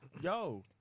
Yo